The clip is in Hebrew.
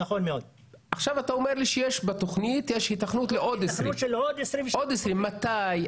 עכשיו אתה אומר לי שבתכנית יש היתכנות לעוד 20. מתי?